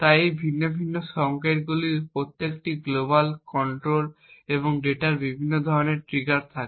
তাই এই ভিন্ন ভিন্ন সংকেতগুলির প্রত্যেকটি গ্লোবাল কন্ট্রোল এবং ডেটার বিভিন্ন ধরনের ট্রিগার থাকে